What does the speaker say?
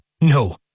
No